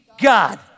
God